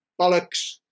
bollocks